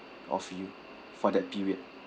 of you for that period